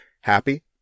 Happy